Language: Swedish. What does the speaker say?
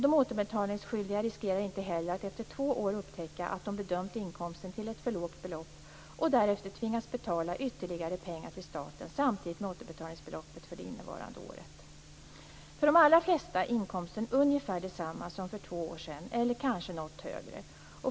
De återbetalningsskyldiga riskerar inte heller att efter två år upptäcka att de bedömt inkomsten till ett för lågt belopp och därefter tvingas betala ytterligare pengar till staten samtidigt med återbetalningsbeloppet för det innevarande året. För de allra flesta är inkomsten ungefär densamma som för två år sedan eller kanske något högre.